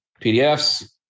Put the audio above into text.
PDFs